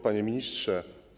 Panie Ministrze!